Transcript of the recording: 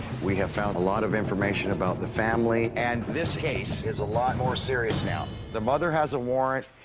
we have found a lot of information about the family. and this case is a lot more serious now the mother has a warrant.